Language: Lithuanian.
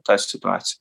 tą situaciją